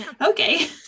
okay